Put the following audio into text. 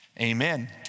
amen